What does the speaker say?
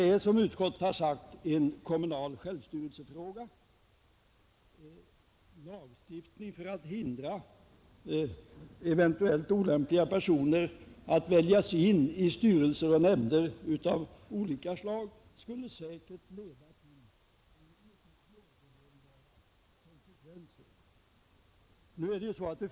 Detta är, som utskottet framhållit, en fråga om den kommunala självstyrelsen, Lagstiftning för att hindra eventuellt olämpliga personer att bli invalda i styrelser och nämnder av olika slag skulle säkerligen få mycket svårbedömbara konsekvenser.